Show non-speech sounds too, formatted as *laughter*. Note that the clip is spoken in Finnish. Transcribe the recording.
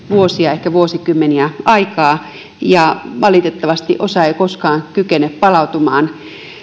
*unintelligible* vuosia aikaa ehkä vuosikymmeniä ja valitettavasti osa ei koskaan kykene palautumaan